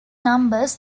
numbers